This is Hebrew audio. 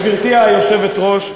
גברתי היושבת-ראש,